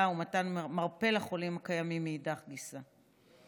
ומתן מרפא לחולים הקיימים מאידך גיסא.